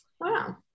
Wow